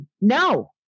No